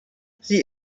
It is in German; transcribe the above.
sie